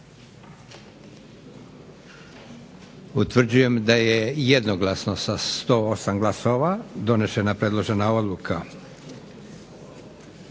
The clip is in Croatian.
Utvrđujem da je jednoglasno sa 108 glasova donešena predložena odluka.